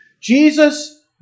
Jesus